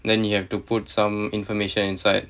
then you have to put some information inside